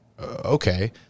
Okay